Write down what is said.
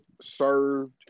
served